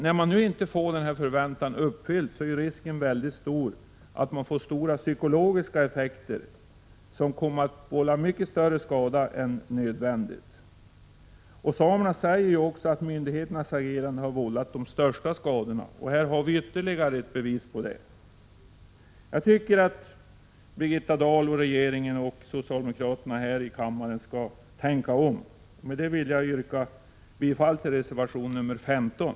När nu inte förväntningarna infrias är risken väldigt stor att detta får omfattande psykologiska effekter, vilka kommer att vålla mycket större skada än som är nödvändigt. Samerna säger ju också att myndigheternas agerande har vållat de största skadorna, och här har vi ytterligare ett bevis på det. Jag tycker att Birgitta Dahl och övriga i regeringen samt socialdemokraterna här i kammaren skall tänka om. Med detta yrkar jag bifall till reservation nr 15.